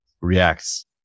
reacts